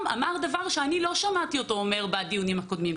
דבר שאני לא שמעתי אותו אומר בדיונים הקודמים,